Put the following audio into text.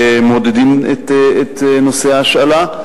מעודדים את נושא ההשאלה.